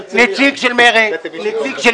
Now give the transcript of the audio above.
נציג של מרצ, נציג של